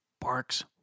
barks